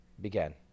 began